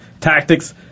tactics